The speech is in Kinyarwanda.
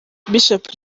bishop